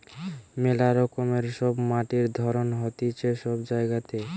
মেলা রকমের সব মাটির ধরণ হতিছে সব জায়গাতে